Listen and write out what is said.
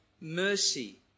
mercy